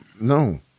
no